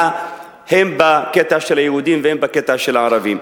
הן בקטע של היהודים והן בקטע של הערבים.